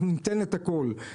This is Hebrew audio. אנחנו ניתן את הכול,